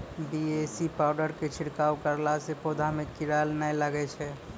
BAC powder के छिड़काव करला से पौधा मे कीड़ा नैय लागै छै?